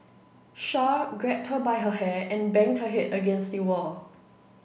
Char grabbed her by her hair and banged her head against the wall